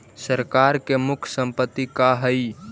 सरकार के मुख्य संपत्ति का हइ?